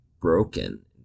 broken